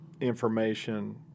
information